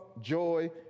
joy